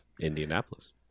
Indianapolis